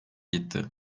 gitti